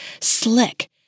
slick